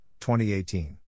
2018